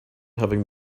having